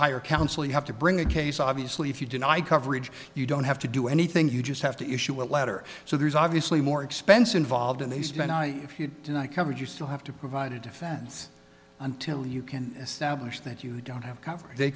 hire counsel you have to bring a case obviously if you deny coverage you don't have to do anything you just have to issue a letter so there's obviously more expense involved and they spent i if you deny coverage you still have to provide a defense until you can establish that you don't have